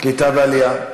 קליטה ועלייה.